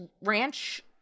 ranch